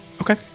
Okay